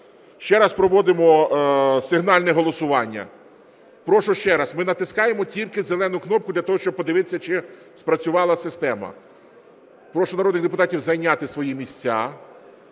ще раз проводимо сигнальне голосування, прошу ще раз. Ми натискаємо тільки зелену кнопку для того, щоб подивитися, чи спрацювала система. Прошу народних депутатів зайняти свої місця